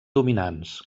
dominants